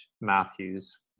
Matthews